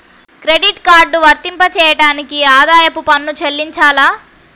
Credit card వర్తింపజేయడానికి ఆదాయపు పన్ను చెల్లించాలా?